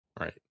right